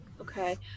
okay